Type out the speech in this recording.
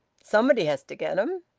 somebody has to get em.